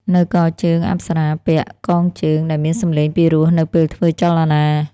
នៅកជើង អប្សរាពាក់ "កងជើង" ដែលមានសម្លេងពិរោះនៅពេលធ្វើចលនា។